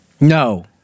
No